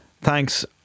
thanks